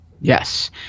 yes